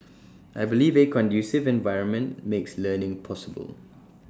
I believe A conducive environment makes learning possible